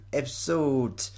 episode